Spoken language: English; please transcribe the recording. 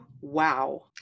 Wow